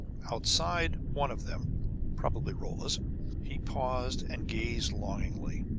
outside one of them probably rolla's he paused and gazed longingly,